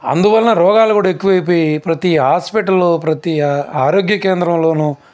అందువలన రోగాలు కూడా ఎక్కువ అయిపోయి ప్రతి హాస్పటలలో ప్రతి ఆరోగ్య కేంద్రంలో